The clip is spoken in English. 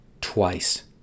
Twice